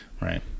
right